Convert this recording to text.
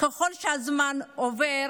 וככל שהזמן עובר